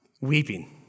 weeping